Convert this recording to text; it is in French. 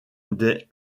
des